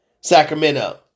Sacramento